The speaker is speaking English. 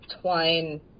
Twine